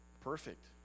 perfect